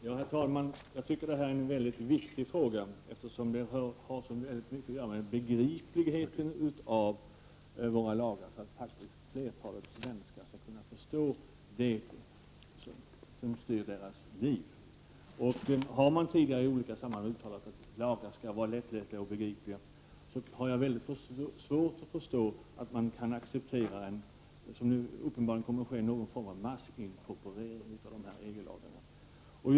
Herr talman! Jag tycker att detta är en mycket viktig fråga, eftersom den har så mycket att göra med begripligheten av våra lager, att flertalet svenskar skall kunna förstå det som styr deras liv. Har man tidigare i olika sammanhang uttalat att lagar skall vara lättlästa och begripliga, har jag svårt att förstå att man kan acceptera någon form av massinkorporering av dessa EG lagar, som uppenbarligen kommer att ske.